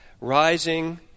rising